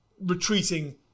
retreating